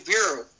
Bureau